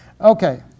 okay